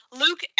Luke